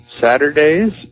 Saturdays